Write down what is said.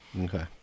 Okay